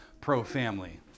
pro-family